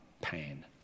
pain